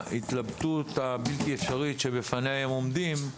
מההתלבטות הבלתי אפשרית שהם עומדים בפניה,